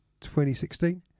2016